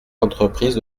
l’entreprise